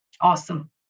Awesome